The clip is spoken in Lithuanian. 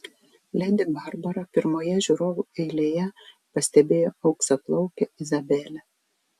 ledi barbara pirmoje žiūrovų eilėje pastebėjo auksaplaukę izabelę